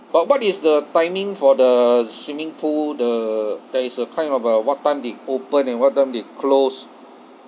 but what is the timing for the swimming pool the that is a kind of a what time they open and what time they close